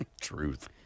Truth